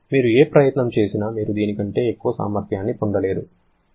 మీరు ఏ ప్రయత్నం చేసినా మీరు దీని కంటే ఎక్కువ సామర్థ్యాన్ని పొందలేరు లేదా ఈ 0